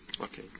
Okay